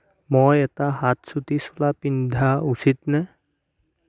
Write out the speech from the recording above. মই এটা হাত চুটি চোলা পিন্ধা উচিতনে